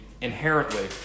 inherently